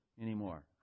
anymore